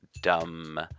dumb